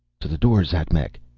to the door, xatmec!